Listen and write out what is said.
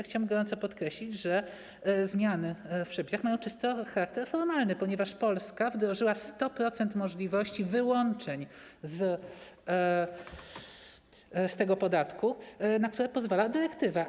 Chciałem gorąco podkreślić, że zmiany w przepisach mają charakter czysto formalny, ponieważ Polska wdrożyła 100% możliwości wyłączeń z tego podatku, na które pozwala dyrektywa.